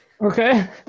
Okay